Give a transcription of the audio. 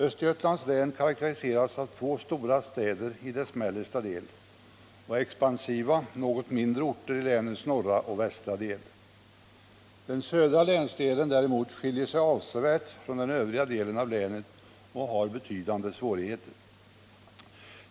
Östergötlands län karakteriseras av att det har två stora städer i sin mellersta del och expansiva något mindre orter i sina norra och västra delar. Den södra länsdelen skiljer sig däremot avsevärt från den övriga delen av länet och har betydande svårigheter.